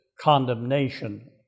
condemnation